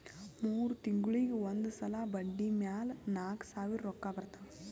ಮೂರ್ ತಿಂಗುಳಿಗ್ ಒಂದ್ ಸಲಾ ಬಡ್ಡಿ ಮ್ಯಾಲ ನಾಕ್ ಸಾವಿರ್ ರೊಕ್ಕಾ ಬರ್ತಾವ್